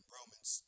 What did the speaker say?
Romans